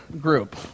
group